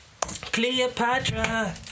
Cleopatra